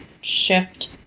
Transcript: shift